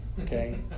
Okay